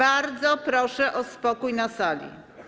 Bardzo proszę o spokój na sali.